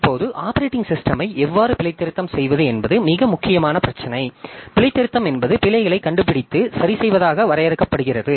இப்போது ஆப்பரேட்டிங் சிஸ்டம்மை எவ்வாறு பிழைதிருத்தம் செய்வது என்பது மிக முக்கியமான பிரச்சினை பிழைத்திருத்தம் என்பது பிழைகளை கண்டுபிடித்து சரிசெய்வதாக வரையறுக்கப்படுகிறது